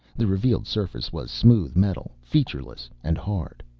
the revealed surface was smooth metal, featureless and hard.